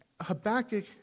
Habakkuk